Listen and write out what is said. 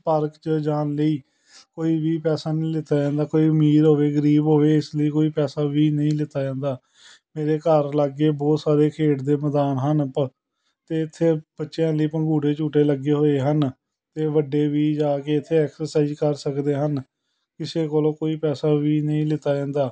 park 'ਚ ਜਾਣ ਲਈ ਕੋਈ ਵੀ ਪੈਸਾ ਨਹੀਂ ਲਿਆ ਜਾਂਦਾ ਕੋਈ ਅਮੀਰ ਹੋਵੇ ਗਰੀਬ ਹੋਵੇ ਇਸ ਲਈ ਕੋਈ ਪੈਸਾ ਵੀ ਨਹੀਂ ਲਿਆ ਜਾਂਦਾ ਮੇਰੇ ਘਰ ਲਾਗੇ ਬਹੁਤ ਸਾਰੇ ਖੇਡ ਦੇ ਮੈਦਾਨ ਹਨ ਪ ਅਤੇ ਇੱਥੇ ਬੱਚਿਆਂ ਲਈ ਪੰਗੂੜੇ ਝੂਟੇ ਲੱਗੇ ਹੋਏ ਹਨ ਅਤੇ ਵੱਡੇ ਵੀ ਜਾ ਕੇ ਇੱਥੇ ਐਕਸਰਸਾਈਜ਼ ਕਰ ਸਕਦੇ ਹਨ ਕਿਸੇ ਕੋਲੋਂ ਕੋਈ ਪੈਸਾ ਵੀ ਨਹੀਂ ਲਿਆ ਜਾਂਦਾ